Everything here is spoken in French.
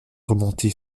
remonter